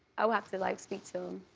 i'll have to like speak to him,